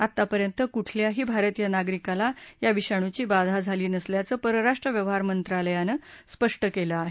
आतापर्यंत कुठल्याही भारतीय नागरिकाला या विषाणूची बाधा झाली नसल्याचं परराष्ट्र व्यवहार मंत्रालयानं स्पष्ट केलं आहे